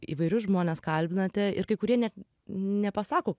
įvairius žmones kalbinate ir kai kurie net nepasako